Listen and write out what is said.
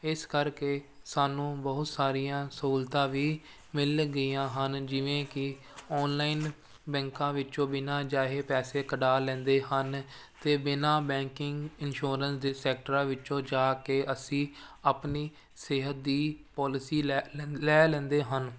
ਇਸ ਕਰਕੇ ਸਾਨੂੰ ਬਹੁਤ ਸਾਰੀਆਂ ਸਹੂਲਤਾਂ ਵੀ ਮਿਲ ਗਈਆਂ ਹਨ ਜਿਵੇਂ ਕਿ ਓਨਲਾਈਨ ਬੈਂਕਾਂ ਵਿੱਚੋਂ ਬਿਨਾਂ ਜਾਏ ਪੈਸੇ ਕਢਾ ਲੈਂਦੇ ਹਨ ਅਤੇ ਬਿਨਾਂ ਬੈਂਕਿੰਗ ਇਨਸ਼ੋਰੈਂਸ ਦੇ ਸੈਕਟਰਾਂ ਵਿੱਚੋਂ ਜਾ ਕੇ ਅਸੀਂ ਆਪਣੀ ਸਿਹਤ ਦੀ ਪੋਲਿਸੀ ਲੈ ਲੈਂਦ ਲੈ ਲੈਂਦੇ ਹਨ